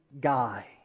Guy